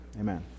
amen